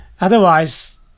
Otherwise